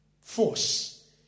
force